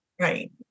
right